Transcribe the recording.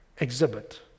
exhibit